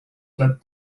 web